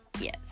yes